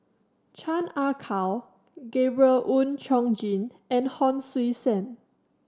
Chan Ah Kow Gabriel Oon Chong Jin and Hon Sui Sen